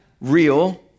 real